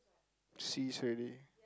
cease already